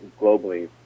globally